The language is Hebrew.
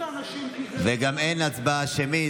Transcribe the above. וגם אין הצבעה שמית.